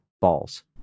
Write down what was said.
balls